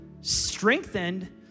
strengthened